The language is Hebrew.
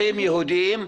יהודים,